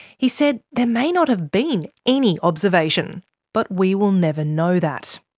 he said, there may not have been any observation, but we will never know that.